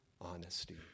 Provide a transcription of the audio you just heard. honesty